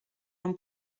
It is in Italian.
non